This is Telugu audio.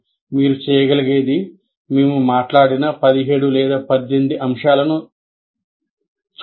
మీరు చేయగలిగేది మేము మాట్లాడిన 17 18 అంశాలను చూడండి